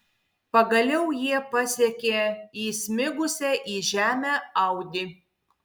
pagaliau jie pasiekė įsmigusią į žemę audi